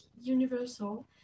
universal